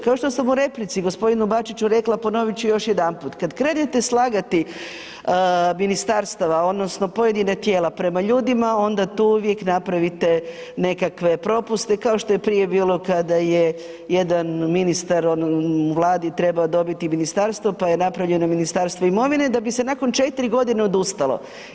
Kao što sam u replici gospodinu Bačiću rekla, ponovit ću još jedanput, kad krenete slagati ministarstva odnosno pojedina tijela prema ljudima onda tu uvijek napravite nekakve propuste kao što je prije bilo kada je jedan ministar u vladi trebao dobiti ministarstvo pa je napravljeno Ministarstvo imovine da bi se nakon 4 godine odustalo.